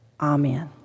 Amen